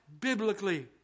biblically